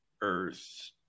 Earth